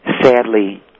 Sadly